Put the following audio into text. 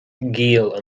giall